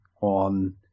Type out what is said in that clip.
on